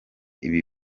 ibi